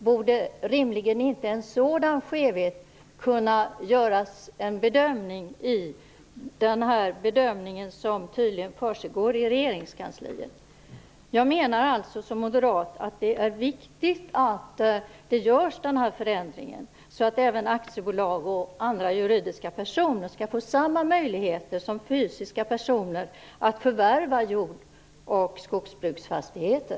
Borde rimligen inte en sådan skevhet kunna göras i samband med den bedömning som tydligen försiggår i Regeringskansliet? Jag menar som moderat att det är viktigt att den förändringen görs så att även aktiebolag och andra juridiska personer skall få samma möjligheter som fysiska personer att förvärva jord och skogsfastigheter.